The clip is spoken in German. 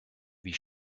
wie